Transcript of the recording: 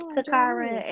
Takara